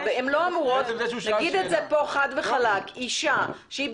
נגיד את זה פה חד וחלק: אישה שנמצאת